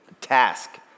task